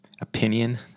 opinion